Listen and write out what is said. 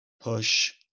push